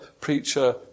preacher